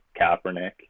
Kaepernick